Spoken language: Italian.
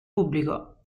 pubblico